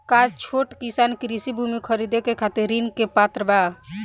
का छोट किसान कृषि भूमि खरीदे के खातिर ऋण के पात्र बा?